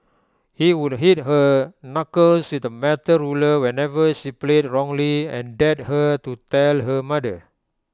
he would hit her knuckles with A metal ruler whenever she played wrongly and dared her to tell her mother